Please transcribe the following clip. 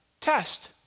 test